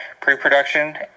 pre-production